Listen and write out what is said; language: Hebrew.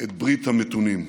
את ברית המתונים.